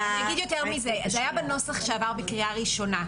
זה היה בנוסח שעבר בקריאה ראשונה.